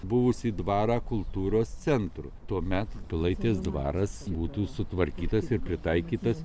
buvusį dvarą kultūros centru tuomet pilaitės dvaras būtų sutvarkytas ir pritaikytas